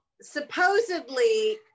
supposedly